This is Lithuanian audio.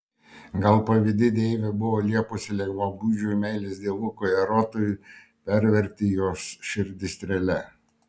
gal pavydi deivė buvo liepusi lengvabūdžiui meilės dievukui erotui perverti jos širdį strėle